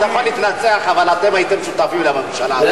אתה יכול להתנצח אבל אתם הייתם שותפים לממשלה,